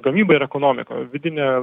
gamybą ir ekonomiką vidinė